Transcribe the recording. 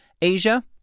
Asia